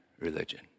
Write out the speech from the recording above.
religion